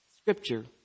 scripture